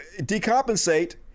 decompensate